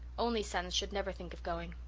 only sons should never think of going!